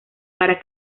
para